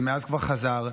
שמאז כבר חזר,